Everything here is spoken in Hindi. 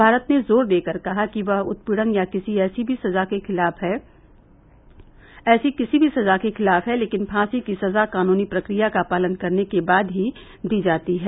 भारत ने जोर देकर कहा कि वह उत्पीड़न या ऐसी किसी भी सजा के खिलाफ है लेकिन फांसी की सजा कानूनी प्रक्रिया का पालन करने के बाद ही दी जाती है